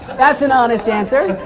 that's an honest answer,